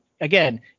again